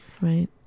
right